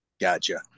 gotcha